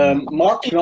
Mark